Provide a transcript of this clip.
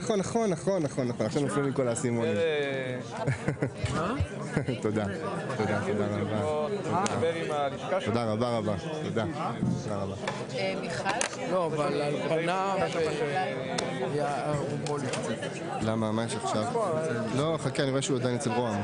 ננעלה בשעה 10:58.